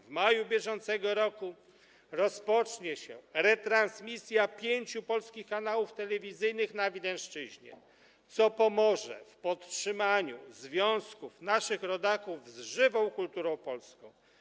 W maju br. rozpocznie się retransmisja pięciu polskich kanałów telewizyjnych na Wileńszczyźnie, co pomoże w podtrzymaniu związków naszych rodaków z żywą kulturą polską.